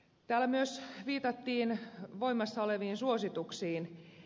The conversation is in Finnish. täällä myös viitattiin voimassa oleviin suosituksiin